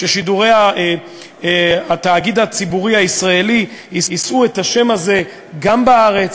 ששידורי התאגיד הציבורי הישראלי יישאו את השם הזה גם בארץ,